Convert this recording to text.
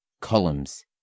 columns